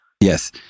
Yes